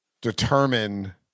determine